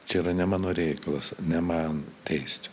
čia yra ne mano reikalas ne man teisti